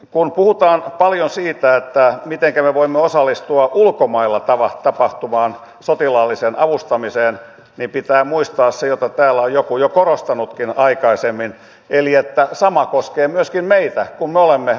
kun puhutaan paljon siitä mitenkä me voimme osallistua ulkomailla tapahtuvaan sotilaalliseen avustamiseen pitää muistaa se mitä täällä on joku jo korostanutkin aikaisemmin eli että sama koskee myöskin meitä kun me olemme avun tarvitsijoita